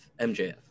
mjf